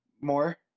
more